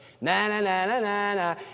Na-na-na-na-na